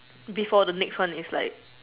before the next one is like